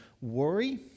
worry